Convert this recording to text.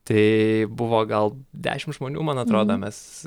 tai buvo gal dešim žmonių man atrodo mes